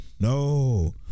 No